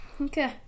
Okay